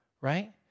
right